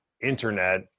internet